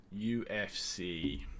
UFC